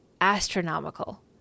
astronomical